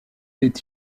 est